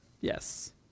yes